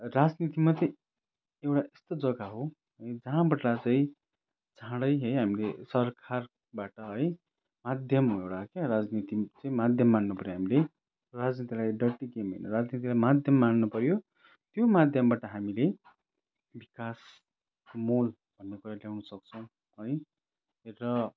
राजनीति मात्रै एउटा यस्तो जग्गा हो जहाँबाट चाहिँ चाँडै है हामीले सरकारबाट है माद्यम हो एउटा क्या राजनीति चाहिँ माध्यम मान्नु पऱ्यो हामीले राजनीतिलाई डर्टी गेम होइन राजनीतिलाई माद्यम मान्नु पऱ्यो त्यो माध्यमबाट हामीले विकासको मोल भन्ने कुरा ल्याउन सक्छौँ है र